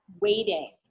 waiting